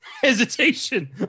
hesitation